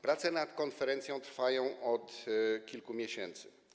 Prace nad konferencją trwają od kilku miesięcy.